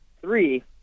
Three